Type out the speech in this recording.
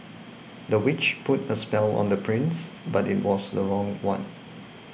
the witch put a spell on the prince but it was the wrong one